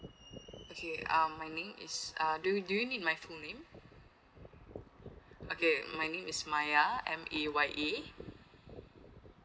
okay um my name is uh do you do you need my full name okay my name is maya m a y a